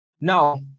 Now